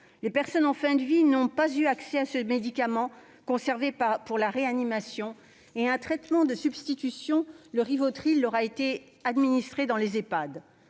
Les personnes en fin de vie n'ont pas eu accès à ce médicament, conservé pour la réanimation, et un traitement de substitution, le Rivotril, leur a été administré dans les Ehpad.